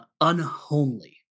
unhomely